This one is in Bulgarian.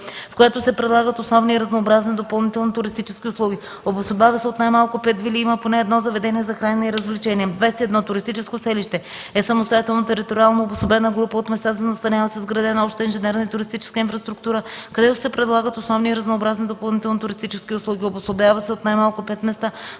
в която се предлагат основни и разнообразни допълнителни туристически услуги. Обособява се от най-малко 5 вили и има поне едно заведение за хранене и развлечения. 21. „Туристическо селище” е самостоятелна териториално обособена група от места за настаняване с изградена обща инженерна и туристическа инфраструктура, където се предлагат основни и разнообразни допълнителни туристически услуги. Обособява се от най-малко 5 места